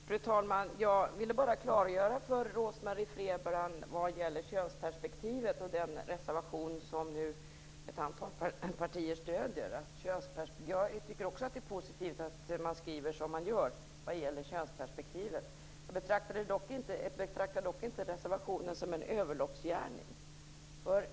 Fru talman! Jag ville bara klargöra för Rose-Marie Frebran vad som gäller beträffande könsperspektivet och den reservation som ett antal partier nu stöder. Jag tycker också att det är positivt att man skriver som man gör vad gäller könsperspektivet. Jag betraktar dock inte reservationen som en överloppsgärning.